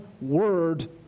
word